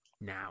now